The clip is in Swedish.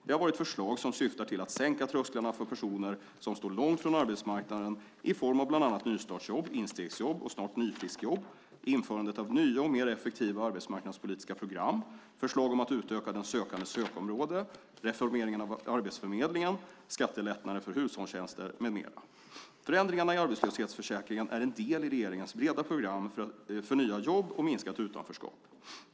Det har varit förslag som syftar till att sänka trösklarna för personer som står långt från arbetsmarknaden i form av bland annat nystartsjobb, instegsjobb och snart nyfriskjobb, införandet av nya och mer effektiva arbetsmarknadspolitiska program, förslag om att utöka den sökandes sökområde, reformering av arbetsförmedlingen och skattelättnader för hushållstjänster. Förändringarna i arbetslöshetsförsäkringen är en del i regeringens breda program för nya jobb och minskat utanförskap.